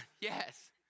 Yes